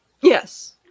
Yes